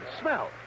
smell